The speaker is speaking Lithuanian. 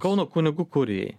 kauno kunigų kurijai